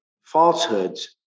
falsehoods